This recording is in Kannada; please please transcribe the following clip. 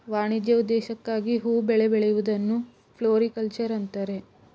ವಾಣಿಜ್ಯ ಉದ್ದೇಶಕ್ಕಾಗಿ ಹೂ ಬೆಳೆ ಬೆಳೆಯೂದನ್ನು ಫ್ಲೋರಿಕಲ್ಚರ್ ಅಂತರೆ